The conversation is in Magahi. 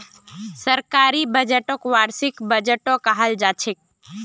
सरकारी बजटक वार्षिक बजटो कहाल जाछेक